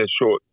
short